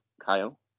Kyle